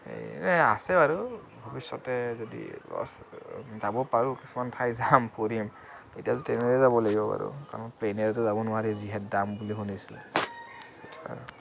সেই আছে বাৰু ভৱিষ্যতে যদি যাব পাৰোঁ কিছুমান ঠাই যাম ফুৰিম তেতিয়াতো ট্ৰেইনেৰেই যাব লাগিব বাৰু কাৰণ প্লেনেৰেটো যাব নোৱাৰি যিহে দাম বুলি শুনিছোঁ সেইটোকথা আৰু